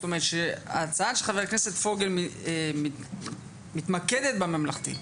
זאת אומרת שההצעה של חבר הכנסת פוגל מתמקדת בממלכתי,